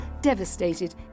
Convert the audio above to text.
devastated